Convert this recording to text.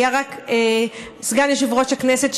היה רק סגן יושב-ראש הכנסת,